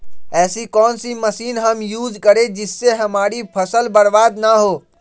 ऐसी कौन सी मशीन हम यूज करें जिससे हमारी फसल बर्बाद ना हो?